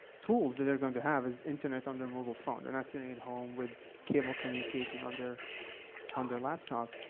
tools that they're going to have is internet on their mobile phone. they're not sitting at home with cable communication on their on their laptop.